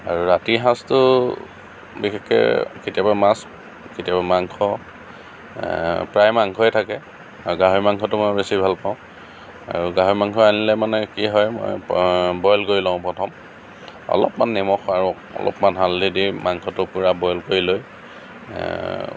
আৰু ৰাতিৰ সাজটো বিশেষকৈ কেতিয়াবা মাছ কেতিয়াবা মাংস প্ৰায় মাংসই থাকে আৰু গাহৰি মাংসটো মই বেছি ভাল পাওঁ আৰু গাহৰি মাংস আনিলে মানে কি হয় বইল কৰি লওঁ প্ৰথম অলপমান নিমখ আৰু অলপমান হালধি দি মাংসটো পুৰা বইল কৰি লৈ